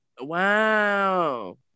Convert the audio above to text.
Wow